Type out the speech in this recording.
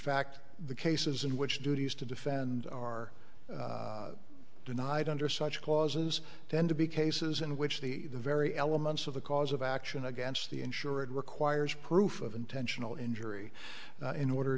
fact the cases in which duties to defend are denied under such clauses tend to be cases in which the very elements of the cause of action against the insured requires proof of intentional injury in order